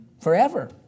forever